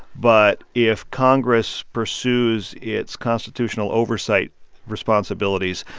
but if congress pursues its constitutional oversight responsibilities,